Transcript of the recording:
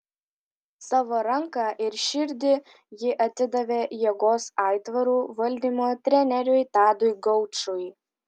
savo ranką ir širdį ji atidavė jėgos aitvarų valdymo treneriui tadui gaučui